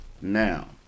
Now